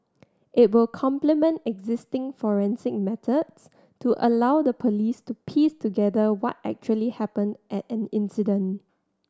it will complement existing forensic methods to allow the police to piece together what actually happened at an incident